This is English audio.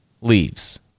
leaves